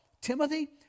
Timothy